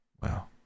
well